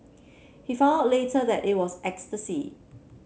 he found out later that it was ecstasy